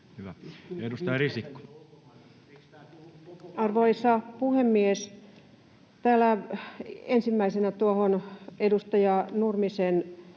Hyvä. — Edustaja Risikko. Arvoisa puhemies! Ensimmäisenä tuohon edustaja Nurmisen puheenvuoroon.